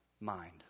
mind